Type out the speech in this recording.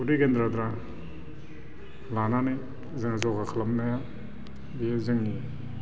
उदै गेनद्राद्रा लानानै जोङो जगा खालामनाया बेयो जोंनि